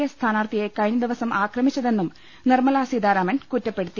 A സ്ഥാനാർത്ഥിയെ കഴിഞ്ഞ ദിവസം ആക്രമിച്ചതെന്നും നിർമ്മലാ സീതാരാമൻ കുറ്റപ്പെടുത്തി